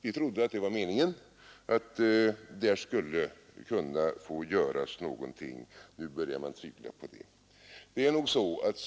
Vi trodde att där skulle någonting kunna få göras, men nu börjar vi tvivla på det.